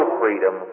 freedom